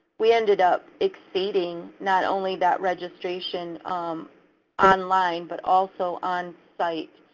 we ended up exceeding not only that registration um online, but also on site,